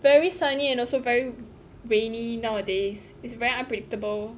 very sunny and also very rainy nowadays it's very unpredictable